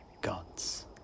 gods